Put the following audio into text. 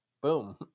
boom